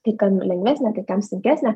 kai kam lengvesnė kai kam sunkesnė